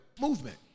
movement